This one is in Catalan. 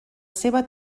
seva